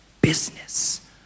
business